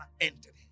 entered